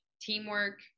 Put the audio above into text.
teamwork